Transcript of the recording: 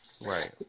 Right